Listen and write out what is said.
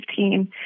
2015